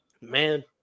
man